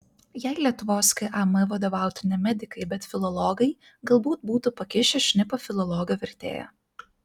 jei lietuvos kam vadovautų ne medikai bet filologai galbūt būtų pakišę šnipą filologą vertėją